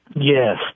Yes